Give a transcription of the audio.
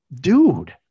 dude